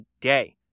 day